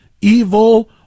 evil